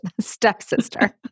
stepsister